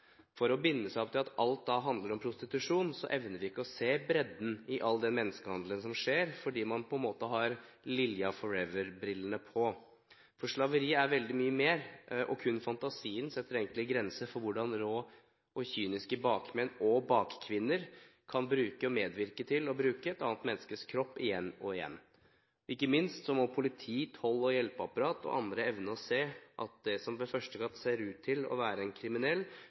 opp til at alt handler om prostitusjon, evner vi ikke å se bredden i all den menneskehandelen som skjer, fordi man på en måte har «Lilja 4-ever»-brillene på. Slaveri er veldig mye mer, og kun fantasien setter egentlig grenser for hvordan rå og kyniske bakmenn og bakkvinner kan bruke, og medvirke til å bruke, et annet menneskes kropp igjen og igjen. Ikke minst må politi, toll, hjelpeapparat og andre evne å se at det som ved første øyekast ser ut til å være en kriminell,